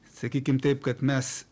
sakykim taip kad mes